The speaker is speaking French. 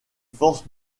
forces